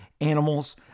animals